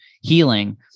healing